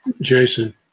Jason